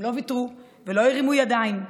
הם לא ויתרו ולא הרימו ידיים.